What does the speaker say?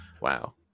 Wow